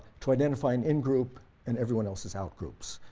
to identify an in-group and everyone else is out-groups.